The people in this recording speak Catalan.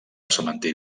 cementiri